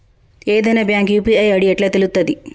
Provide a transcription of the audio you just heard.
ఏదైనా bank UPI ID ఎట్లా తెలుత్తది?